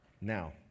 Now